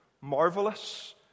marvelous